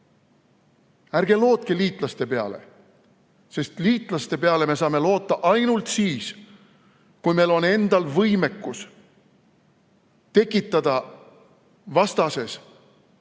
ärge lootke liitlaste peale, sest liitlaste peale me saame loota ainult siis, kui meil on endal võimekus tekitada vastases teadmine,